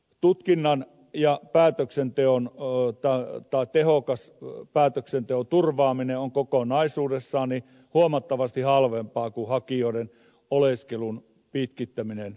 tutkinnan ja tehokkaan päätöksenteon turvaaminen on kokonaisuudessaan huomattavasti halvempaa kuin hakijoiden oleskelun pitkittäminen vastaanottokeskuksissa